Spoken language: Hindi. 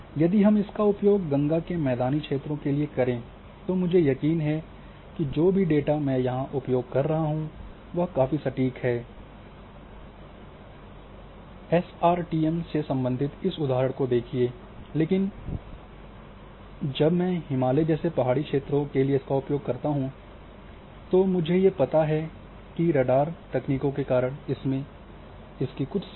यदि हम इसका उपयोग गंगा के मैदानी क्षेत्रों के लिए करें तो मुझे यकीन है कि जो भी डेटा मैं यहाँ उपयोग कर रहा हूँ वह काफी सटीक है एस आर टी एम से संबंधित इस को उदाहरण देखिए लेकिन जब मैं हिमालय जैसे पहाड़ी क्षेत्रों के लिए इसका उपयोग करता हूं तो मुझे ये पता है कि रडार तकनीकों के कारण इसकी कुछ सीमाएँ